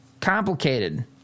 complicated